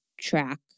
track